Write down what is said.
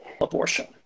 abortion